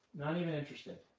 not even interested.